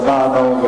שמענו,